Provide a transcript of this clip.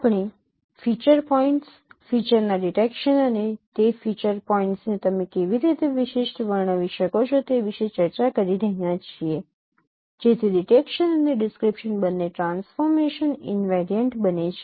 આપણે feature points ફીચર્સના detection અને તે ફીચર પોઇન્ટ્સ ને તમે કેવી રીતે વિશિષ્ટ વર્ણવી શકો છો તે વિશે ચર્ચા કરી રહ્યા છીએ જેથી ડિટેકશન અને ડિસ્ક્રિપ્શન બંને ટ્રાન્સફોર્મેશન ઈનવેરિયન્ટ બને છે